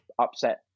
upset